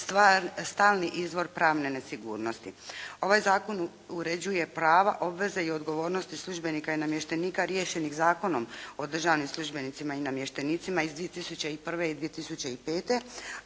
stalni izvor pravne nesigurnosti. Ovaj zakon uređuje prava, obveze i odgovornosti službenika i namještenika riješenih Zakonom o državnim službenicima i namještenicima iz 2001. i 2005.,